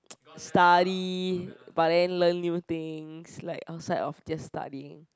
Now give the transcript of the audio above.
study but then learn new things like outside of just studying